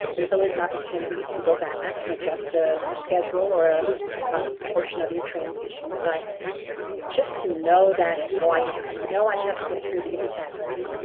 there's always an opportunity to go back and adjust ah a schedule or ah a portion of your transition. but just to know that, well i i know i have to get through these tasks,